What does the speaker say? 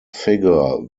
figure